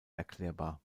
erklärbar